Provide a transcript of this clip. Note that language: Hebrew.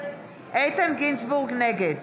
נגד